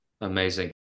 Amazing